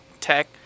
tech